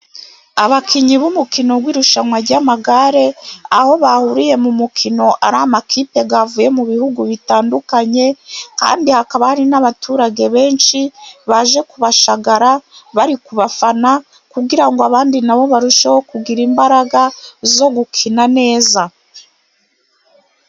Abakinnyi b'umukino w'irushanwa ry'amagare, aho bahuriye mu mukino ari amakipe yavuye mu bihugu bitandukanye, kandi hakaba hari n'abaturage benshi baje kubashagara bari kubafana, kugira ngo abandi nabo barusheho kugira imbaraga zo gukina neza.